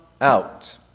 out